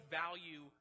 value